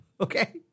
Okay